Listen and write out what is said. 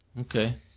Okay